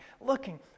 looking